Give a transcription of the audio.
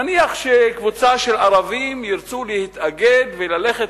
נניח שקבוצה של ערבים ירצו להתאגד וללכת